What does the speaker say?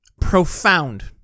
Profound